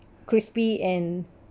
crispy and